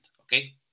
Okay